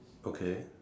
okay